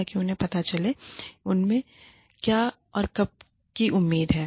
ताकि उन्हें पता चले कि उनसे क्या और कब की उम्मीद है